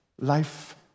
Life